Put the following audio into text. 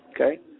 Okay